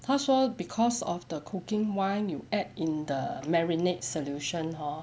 他说 because of the cooking wine you add in the marinade solution hor